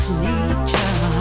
nature